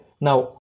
Now